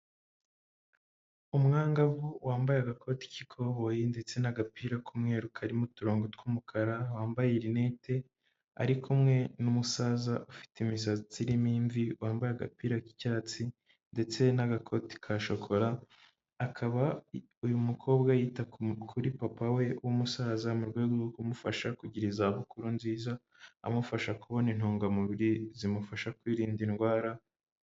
Umwangavu wambaye agakoti k'ikoboyi ndetse n'agapira k'umweru karimo uturongo tw'umukara, wambaye rinete, ari kumwe n'umusaza, ufite imisatsi irimo imvi, wambaye agapira k'icyatsi ndetse n'agakoti ka shokora, akaba uyu mukobwa yita kuri papa we w'umusaza mu rwego rwo kumufasha kugira izabukuru nziza, amufasha kubona intungamubiri zimufasha kwirinda indwara.